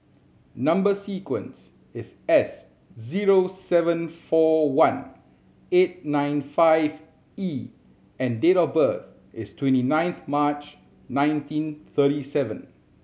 number sequence is S zero seven four one eight nine five E and date of birth is twenty ninth March nineteen thirty seven